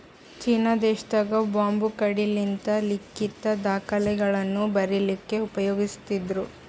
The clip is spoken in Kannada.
ಚೀನಾ ದೇಶದಾಗ್ ಬಂಬೂ ಕಡ್ಡಿಲಿಂತ್ ಲಿಖಿತ್ ದಾಖಲೆಗಳನ್ನ ಬರಿಲಿಕ್ಕ್ ಉಪಯೋಗಸ್ತಿದ್ರು